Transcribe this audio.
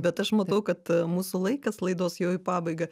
bet aš matau kad mūsų laikas laidos jau į pabaigą